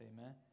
Amen